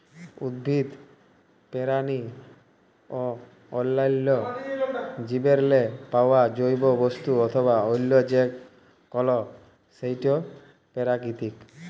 উদ্ভিদ, পেরানি অ অল্যাল্য জীবেরলে পাউয়া জৈব বস্তু অথবা অল্য যে কল সেটই পেরাকিতিক